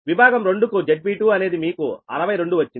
విభాగం 2 కు ZB2 అనేది మీకు 62 వచ్చింది